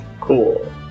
Cool